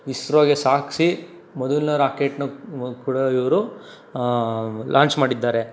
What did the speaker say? ಇಸ್ರೋಗೆ ಸಾಗಿಸಿ ಮೊದಲ್ನೇ ರಾಕೆಟ್ಟನ್ನು ಕೂಡ ಇವರು ಲಾಂಚ್ ಮಾಡಿದ್ದಾರೆ